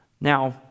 now